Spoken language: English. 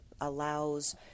allows